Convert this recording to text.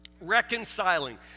reconciling